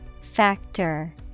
Factor